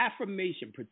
affirmation